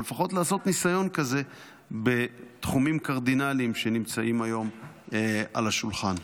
או לפחות לעשות ניסיון כזה בתחומים קרדינליים שנמצאים היום על השולחן.